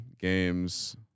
games